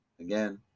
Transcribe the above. Again